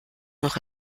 noch